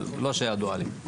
אבל לא שידוע לי.